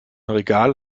regal